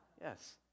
Yes